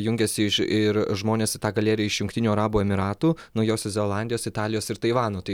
jungiasi iš ir žmonės į tą galeriją iš jungtinių arabų emyratų naujosios zelandijos italijos ir taivano tai